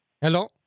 Hello